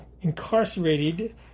incarcerated